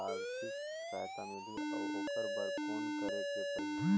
आरथिक सहायता मिलही अउ ओकर बर कौन करे के परही?